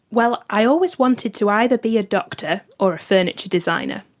well, i always wanted to either be a doctor or a furniture designer,